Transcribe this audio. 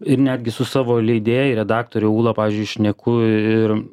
ir netgi su savo leidėjai redaktoriai ūla pavyzdžiui šneku ir